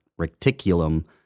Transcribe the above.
reticulum